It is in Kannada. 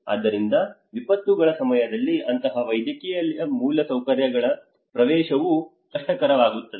ಆದ್ದರಿಂದ ವಿಪತ್ತುಗಳ ಸಮಯದಲ್ಲಿ ಅಂತಹ ವೈದ್ಯಕೀಯ ಮೂಲಸೌಕರ್ಯಗಳ ಪ್ರವೇಶವೂ ಕಷ್ಟಕರವಾಗುತ್ತದೆ